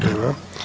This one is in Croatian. Nema.